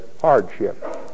hardship